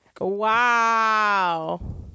wow